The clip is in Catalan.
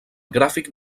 gràfic